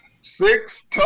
six